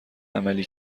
عملی